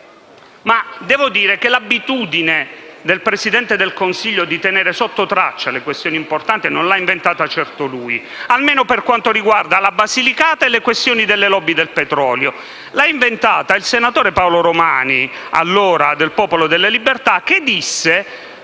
riconoscere che l'abitudine del Presidente del Consiglio di tenere sotto traccia le questioni importanti nasce certo con lui, almeno per quanto riguarda la Basilicata e le questioni delle*lobby* del petrolio. L'ha inventata il senatore Paolo Romani, allora esponente nel Popolo delle Libertà, che disse,